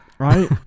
Right